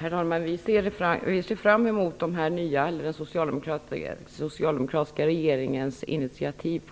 Herr talman! Vi ser fram emot den nya socialdemokratiska regeringens initiativ